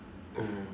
mm